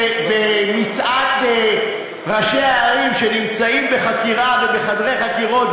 ומצעד ראשי הערים שנמצאים בחקירה ובחדרי חקירות,